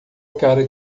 cara